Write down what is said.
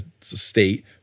state